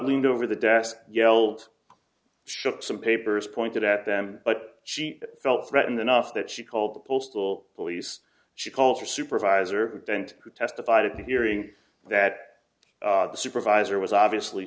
leaned over the desk yelled shook some papers pointed at them but she felt threatened enough that she called the postal police she called her supervisor who didn't who testified at the hearing that the supervisor was obviously